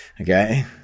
Okay